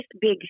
big